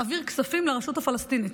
מעביר כספים לרשות הפלסטינית,